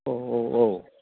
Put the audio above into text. औ औ औ